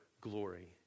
glory